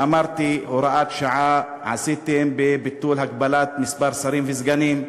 אמרתי שהוראת שעה עשיתם בביטול הגבלת מספר שרים וסגנים,